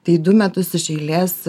tai du metus iš eilės